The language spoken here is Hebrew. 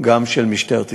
גם של משטרת ישראל.